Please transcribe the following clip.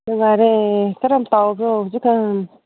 ꯅꯨꯡꯉꯥꯏꯔꯦ ꯀꯔꯝ ꯇꯧꯕ꯭ꯔꯣ ꯍꯧꯖꯤꯛꯀꯥꯟ